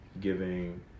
giving